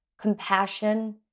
compassion